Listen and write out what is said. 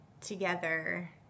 together